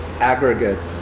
aggregates